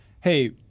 hey